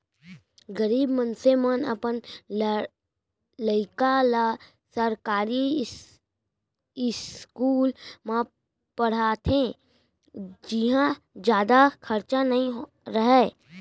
गरीब मनसे मन अपन लइका ल सरकारी इस्कूल म पड़हाथे जिंहा जादा खरचा नइ रहय